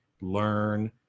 learn